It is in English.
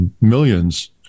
millions